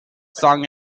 sung